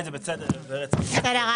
בסדר.